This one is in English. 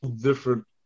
different